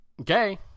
okay